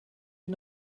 you